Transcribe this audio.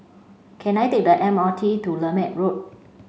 can I take the M R T to Lermit Road